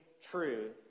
truth